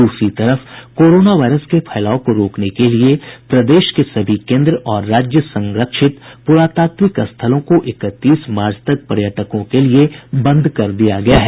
दूसरी तरफ corona virus के फैलाव को रोकने के लिए प्रदेश के सभी केन्द्र और राज्य संरक्षित प्रातात्विक स्थलों को इकतीस मार्च तक पर्यटकों के लिए बंद कर दिया गया है